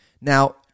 Now